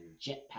Jetpack